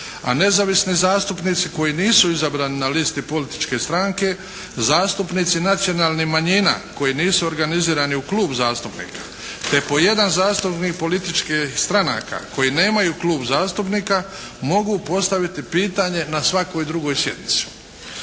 A nezavisni zastupnici koji nisu izabrani na listi političke stranke, zastupnici nacionalnih manjina koji nisu organizirani u klub zastupnika te po jedan zastupnik političkih stranaka koji nemaju klub zastupnika mogu postaviti pitanje na svakoj drugoj sjednici.